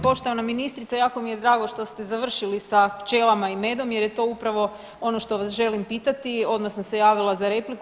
Poštovana ministrice, jako mi je drago što ste završili sa pčelama i medom jer je to upravo ono što vas želim pitati, odmah sam se javila za repliku.